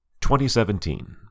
2017